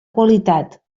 qualitat